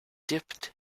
dipped